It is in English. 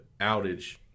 outage